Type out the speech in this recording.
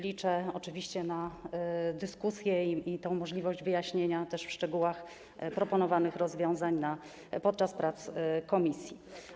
Liczę oczywiście na dyskusję i możliwość wyjaśnienia ze szczegółami proponowanych rozwiązań podczas prac komisji.